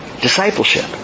Discipleship